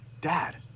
Dad